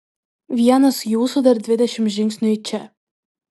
vienas jūsų dar dvidešimt žingsnių į čia